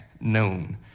noon